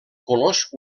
colors